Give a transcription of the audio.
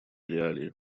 реалии